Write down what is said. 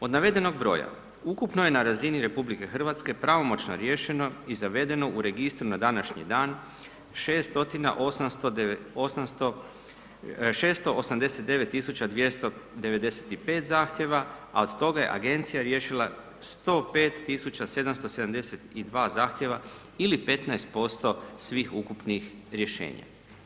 Od navedenog broja ukupno je na razini RH pravomoćno riješeno i zavedeno u registru na današnji dan 689 tisuća 295 zahtjeva a od toga je agencija riješila 105 tisuća 772 zahtjeva ili 15% svih ukupnih rješenja.